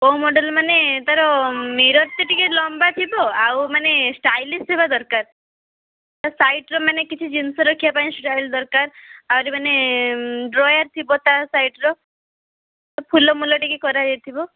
କେଉଁ ମଡ଼େଲ୍ ମାନେ ତାର ମିରର୍ଟା ଟିକେ ଲମ୍ବାଥିବ ଆଉ ମାନେ ଷ୍ଟାଇଲିସ୍ ଥିବା ଦରକାର ତା ସାଇଡ଼ରେ ମାନେ କିଛି ଜିନଷ ରଖିବା ପାଇଁ ଷ୍ଟାଇଲ ଦରକାର ଆହୁରି ମାନେ ଡ୍ରୟାର ଥିବ ତା ସାଇଡ଼ର ଫୁଲମୁଲ ଟିକେ କରାହେଇଥିବ